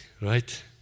right